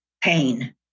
pain